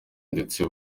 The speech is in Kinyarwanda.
ndetse